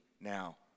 now